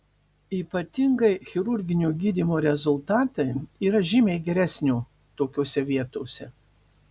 ypatingai chirurginio gydymo rezultatai yra žymiai geresnio tokiose vietose